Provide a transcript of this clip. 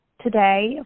today